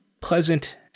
pleasant